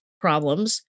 problems